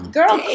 girl